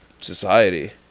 Society